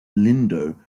lindo